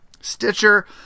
Stitcher